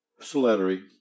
slattery